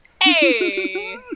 Hey